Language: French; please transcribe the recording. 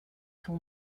ton